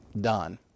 done